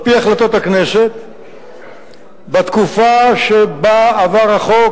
על-פי החלטת הכנסת בתקופה שבה עבר החוק,